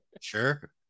sure